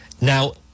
Now